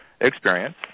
experience